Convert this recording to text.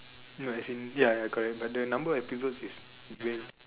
no as in ya correct but the number of episodes is very